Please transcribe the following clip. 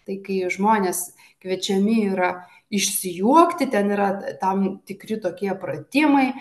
tai kai žmonės kviečiami yra išsijuokti ten yra tam tikri tokie pratimai